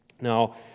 Now